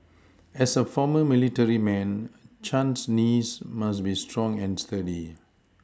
as a former military man Chan's knees must be strong and sturdy